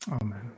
Amen